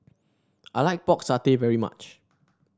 I like Pork Satay very much